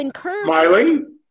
Smiling